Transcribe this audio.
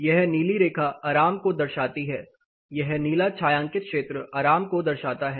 यह नीली रेखा आराम को दर्शाती है यह नीला छायांकित क्षेत्र आराम को दर्शाता है